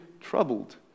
troubled